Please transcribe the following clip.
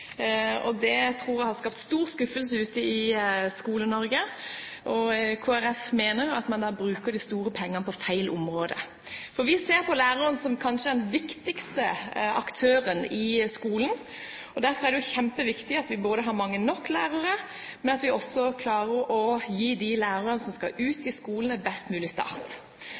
og det tror jeg har skapt stor skuffelse ute i Skole-Norge. Kristelig Folkeparti mener at man da bruker de store pengene på feil område. Vi ser på læreren som kanskje den viktigste aktøren i skolen. Derfor er det kjempeviktig at vi både har mange nok lærere, og at vi også klarer å gi de lærerne som skal ut i skolen, en best mulig start.